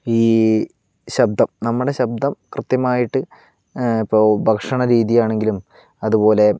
ഈ ശബ്ദം നമ്മുടെ ശബ്ദം കൃത്യമായിട്ട് ഇപ്പോൾ ഭക്ഷണ രീതി ആണെങ്കിലും അതുപോലെ